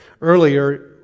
earlier